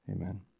Amen